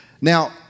Now